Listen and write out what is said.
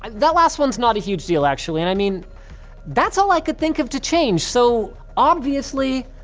um that last ones not a huge deal actually, and i mean that's all i could think of to change so. obviously,